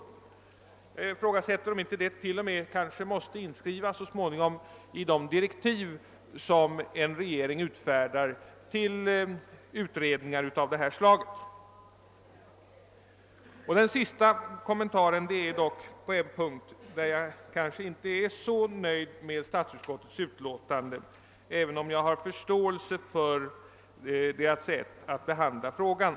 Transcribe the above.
Jag ifrågasätter om inte detta t.o.m. så småningom måste skrivas in i de direktiv som regeringen utfärdar till utredningar av detta slag. Min sista kommentar gäller en punkt där jag måhända inte är så nöjd med statsutskottets utlåtande, även om jag har förståelse för utskottets sätt att behandla frågan.